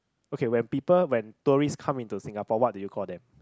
okay when people when tourist come into Singapore what do you call them